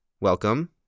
welcome